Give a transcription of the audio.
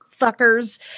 fuckers